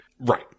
Right